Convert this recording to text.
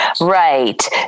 Right